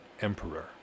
emperor